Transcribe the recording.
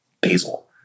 basil